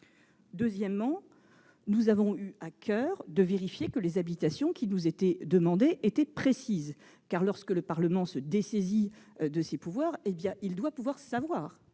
Deuxièmement, nous avons eu à coeur de vérifier que les habilitations demandées étaient précises. Lorsque le Parlement se dessaisit de ses pouvoirs, il doit en effet savoir